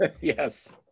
Yes